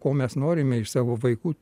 ko mes norime iš savo vaikų